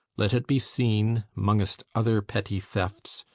let it be seen, mongest other petty thefts,